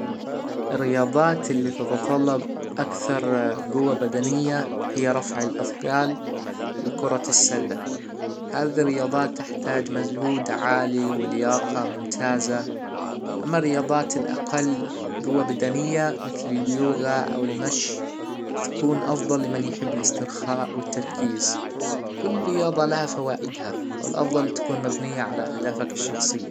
الرياضات إللى تتطلب أكثر جوة بدنية هى رفع الأثجال و كرة السلة هذى الرياضات تحتاج مجهود عالى ولياقة ممتازة أما الرياضات الأقل جوة بدنية مثل اليوجا أو المشي تكون أفضل لمن يحب الإسترخاء و التركيز كل رياضة ليها فوائدها والأفضل تكون مبنية على أهدافك الشخصية